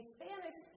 Spanish